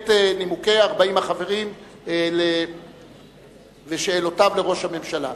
נימוקי 40 החברים לשאלות לראש הממשלה.